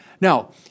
Now